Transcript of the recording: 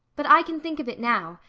but i can think of it now,